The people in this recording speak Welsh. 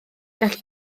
gall